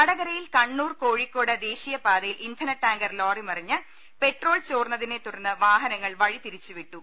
വടകരയിൽ കണ്ണൂർ കോഴിക്കോട് ദേശീയപാതയിൽ ഇന്ധനടാങ്കർ ലോറി മറിഞ്ഞ് പെട്രോൾ ചോർന്നതിനെ തുടർന്ന് വാഹനങ്ങൾ വഴി തിരിച്ചുവിട്ടു